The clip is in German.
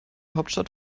hauptstadt